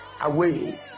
away